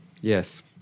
Yes